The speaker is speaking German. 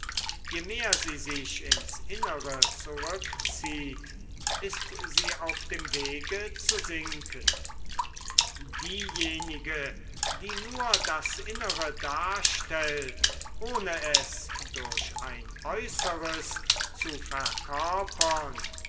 je mehr sie sich ins innere zurückzieht ist sie auf dem wege zu sinken diejenige die nur das innere darstellt ohne es durch ein äußeres zu verkörpern